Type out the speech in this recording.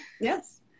Yes